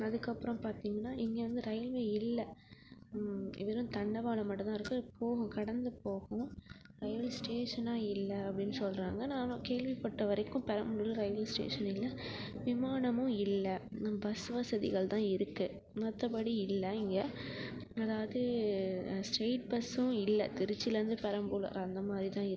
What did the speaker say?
அதுக்கப்பறம் பார்த்திங்கன்னா இங்கே வந்து ரயில்வே இல்லை வெறும் தண்டவாளம் மட்டும் தான் இருக்குது போகும் கடந்து போகும் ரயில் ஸ்டேஷனாக இல்லை அப்படின்னு சொல்கிறாங்க நானும் கேள்விப்பட்ட வரைக்கும் பெரம்பலூரில் ரயில்வே ஸ்டேஷன் இல்லை விமானமும் இல்லை பஸ் வசதிகள் தான் இருக்குது மற்றபடி இல்லை இங்கே அதாவது ஸ்ட்ரைட் பஸ்ஸும் இல்லை திருச்சிலேருந்து பெரம்பலூர் அந்த மாதிரி தான் இருக்குது